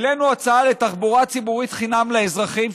העלינו הצעה לתחבורה ציבורית חינם לאזרחים,